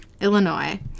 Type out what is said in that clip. Illinois